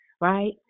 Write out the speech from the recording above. Right